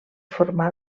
formar